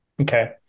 Okay